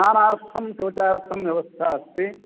स्नानार्थं शौचार्थं व्यवस्था अस्ति